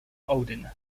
odin